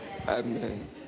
amen